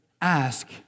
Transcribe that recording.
ask